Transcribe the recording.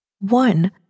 One